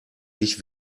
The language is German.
ich